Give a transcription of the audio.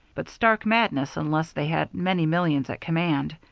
but stark madness unless they had many millions at command.